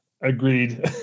agreed